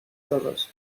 todos